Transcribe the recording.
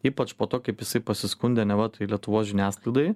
ypač po to kaip jisai pasiskundė neva tai lietuvos žiniasklaidai